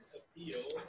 appeal